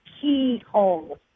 keyhole